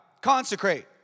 Consecrate